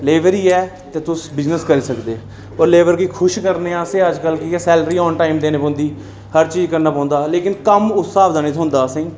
लेब ऐ ते तोस बिजनस करी सकदे और लेबर गी खुश करने आस्तै सैलरी आन टाइम देने पौंदी खर्च बी करना पौंदा कम्म उस स्हाब कुछ होंदा असेंई